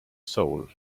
soul